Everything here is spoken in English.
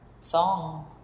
Song